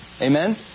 Amen